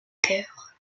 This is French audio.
cœur